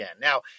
Now